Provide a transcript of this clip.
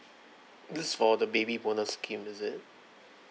this for the baby bonus scheme is it